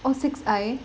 oh six I